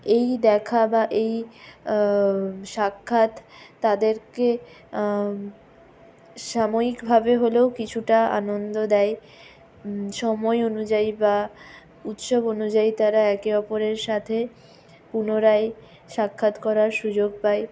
এই দেখা বা এই সাক্ষাৎ তাদেরকে সাময়িকভাবে হলেও কিছুটা আনন্দ দেয় সময় অনুযায়ী বা উৎসব অনুযায়ী তারা একে অপরের সাথে পুনরায় সাক্ষাৎ করার সুযোগ পায়